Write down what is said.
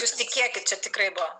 jūs tikėkit čia tikrai buvo